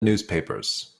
newspapers